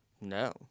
No